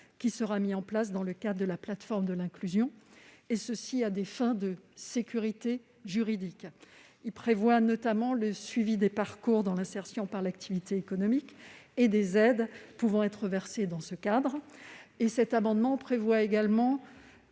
qui sera mis en place dans le cadre de la plateforme de l'inclusion, à des fins de sécurité juridique. Il prévoit notamment le suivi des parcours dans l'insertion par l'activité économique et des aides pouvant être versées dans ce cadre. Il vise également